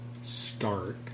start